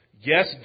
Yes